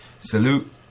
salute